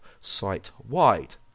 site-wide